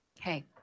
Hey